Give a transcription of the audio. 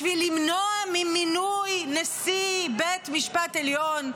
בשביל למנוע מינוי נשיא בית משפט עליון,